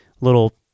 little